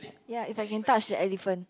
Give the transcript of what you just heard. ya if I can touch a elephant